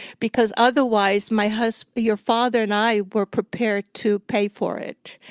because otherwise, my husband, your father and i, were prepared to pay for it,